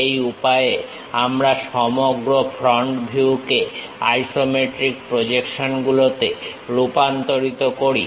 এই উপায়ে আমরা সমগ্র ফ্রন্ট ভিউকে আইসোমেট্রিক প্রজেকশনগুলোতে রূপান্তরিত করি